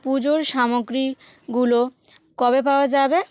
পুজোর সামগ্রী গুলো কবে পাওয়া যাবে